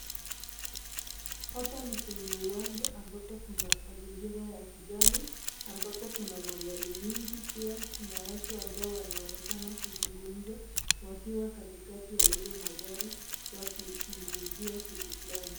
Hapa ni kwenye uwanja ambapo kuna mazingira ya kijani ambapo kuna magari mingi pia kuna watu ambao wanaonekana kuzungumza wakiwa katikati ya hizo magari wakizungumzia kitu fulani.